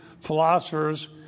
philosophers